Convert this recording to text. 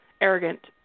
arrogant